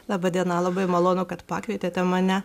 laba diena labai malonu kad pakvietėte mane